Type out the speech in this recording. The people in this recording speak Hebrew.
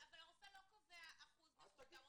אבל הרופא לא קובע אחוזי נכות.